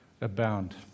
abound